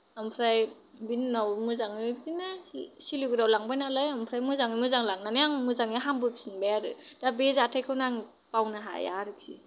ओमफ्राय बिनि उनाव मोजाङै बिदिनो सिलिगुरियाव लांबाय नालाय ओमफ्राय मोजाङै मोजां लांनानै आं मोजाङै हामबो फिनबाय आरो दा बे जाथायखौ नो आं बावनो हाया आरोखि